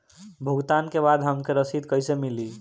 भुगतान के बाद हमके रसीद कईसे मिली?